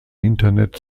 internet